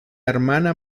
hermana